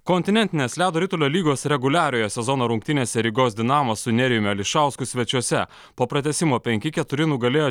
kontinentinės ledo ritulio lygos reguliariojo sezono rungtynėse rygos dinamo su nerijumi ališausku svečiuose po pratęsimo penki keturi nugalėjo